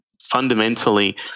fundamentally